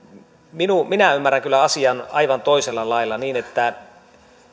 minä ymmärrän kyllä asian aivan toisella lailla niin että